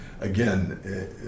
again